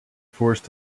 forced